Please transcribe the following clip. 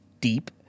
deep